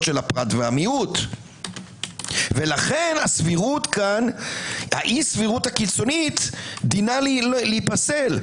הפרט והמיעוט ולכן האי סבירות ,הקיצונית דינה להיפסל.